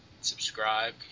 subscribe